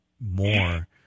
more